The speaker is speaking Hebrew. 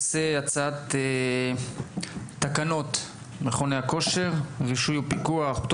על סדר-היום: הצעת תקנות מכוני כושר (רישוי ופיקוח)(פטור